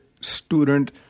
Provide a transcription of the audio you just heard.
student